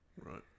Right